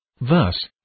Thus